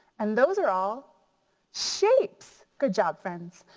and those are all shapes, good job friends.